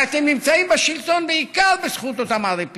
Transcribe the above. הרי אתם נמצאים בשלטון בעיקר בזכות אותן ערי פיתוח,